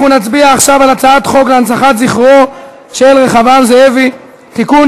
אנחנו נצביע עכשיו על הצעת חוק להנצחת זכרו של רחבעם זאבי (תיקון,